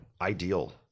ideal